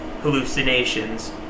hallucinations